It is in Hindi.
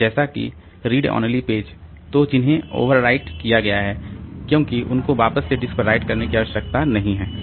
और जैसे कि रीड ओनली पेज तो जिन्हें ओवर राइट किया गया है क्योंकि उनको वापस से डिस्क पर राइट करने की आवश्यकता नहीं है